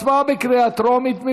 הצבעה בקריאה טרומית.